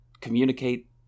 communicate